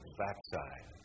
backside